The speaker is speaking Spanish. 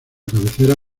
cabecera